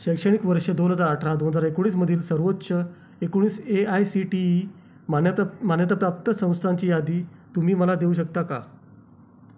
शैक्षणिक वर्ष दोन हजार अठरा दोन हजार एकोणीसमधील सर्वोच्च एकोणीस A I C T E मान्यता मान्यताप्राप्त संस्थांची यादी तुम्ही मला देऊ शकता का